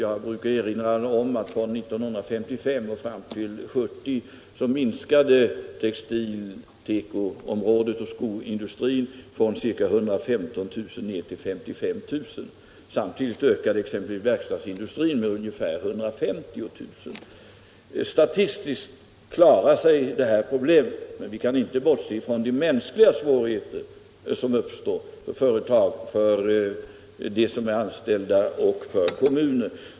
Jag brukar erinra om att från 1955 och fram till 1970 minskade antalet sysselsatta inom teko och skoindustrin från ca 115 000 ned till 55 000. Samtidigt ökade verkstadsindustrin med ungefär 150 000. Statistiskt löser sig problemet, men vi kan inte bortse från de mänskliga svårigheter som uppstår för företag, anställda och kommuner.